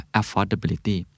affordability